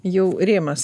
jau rėmas